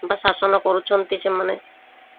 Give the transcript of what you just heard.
ବା ଶାସନ କରୁଛନ୍ତି ସେମାନେ